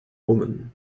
women